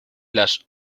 las